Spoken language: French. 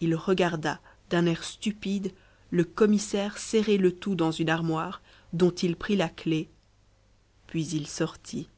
il regarda d'un air stupide le commissaire serrer le tout dans une armoire dont il prit la clef puis il sortit